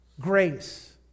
Grace